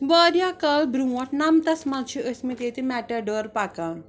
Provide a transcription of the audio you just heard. وارِیاہ کال برونٛٹھ نَمتَس منٛز چھِ ٲسۍ مٕتۍ ییٚتہِ مٮ۪ٹاڈور پَکان